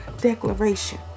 declaration